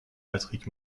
patrick